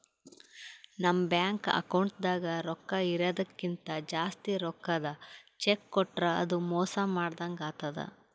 ನಮ್ ಬ್ಯಾಂಕ್ ಅಕೌಂಟ್ದಾಗ್ ರೊಕ್ಕಾ ಇರದಕ್ಕಿಂತ್ ಜಾಸ್ತಿ ರೊಕ್ಕದ್ ಚೆಕ್ಕ್ ಕೊಟ್ರ್ ಅದು ಮೋಸ ಮಾಡದಂಗ್ ಆತದ್